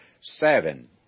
seven